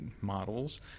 models